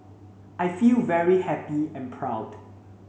I feel very happy and proud